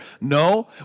No